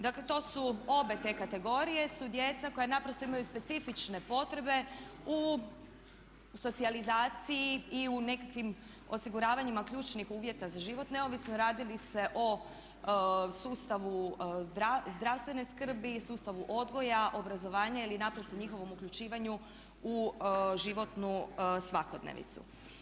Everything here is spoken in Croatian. Dakle, to su obje te kategorije djeca koja naprosto imaju specifične potrebe u socijalizaciji i u nekakvim osiguravanjima ključnih uvjeta za život neovisno radi li se o sustavu zdravstvene skrbi, sustavu odgoja, obrazovanja ili naprosto njihovom uključivanju u životnu svakodnevnicu.